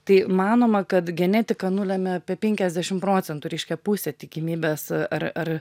tai manoma kad genetika nulemia apie penkiasdešim procentų reiškia pusę tikimybės ar ar